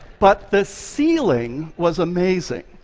but the ceiling was amazing.